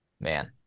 Man